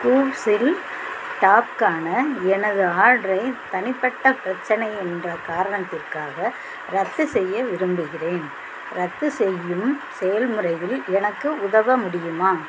கூவ்ஸ் இல் டாப்க்கான எனது ஆர்டரை தனிப்பட்ட பிரச்சனை என்ற காரணத்திற்காக ரத்து செய்ய விரும்புகிறேன் ரத்துசெய்யும் செயல்முறையில் எனக்கு உதவ முடியுமா